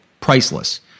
priceless